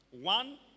One